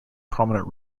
prominent